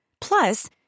Plus